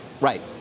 Right